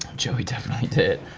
joey definitely did.